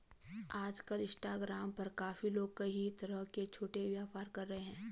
आजकल इंस्टाग्राम पर काफी लोग कई तरह के छोटे व्यापार कर रहे हैं